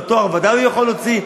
אבל תואר ודאי הוא יכול להוציא,